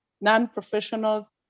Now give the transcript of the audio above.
non-professionals